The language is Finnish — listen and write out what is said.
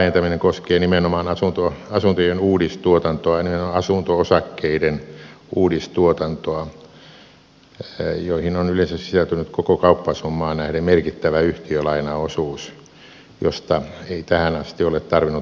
veropohjan laajentaminen koskee nimenomaan asuntojen uudistuotantoa nimenomaan asunto osakkeiden uudistuotantoa joihin on yleensä sisältynyt koko kauppasummaan nähden merkittävä yhtiölainaosuus josta ei tähän asti ole tarvinnut maksaa varainsiirtoveroa